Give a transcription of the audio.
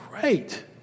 great